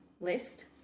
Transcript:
list